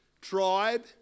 tribe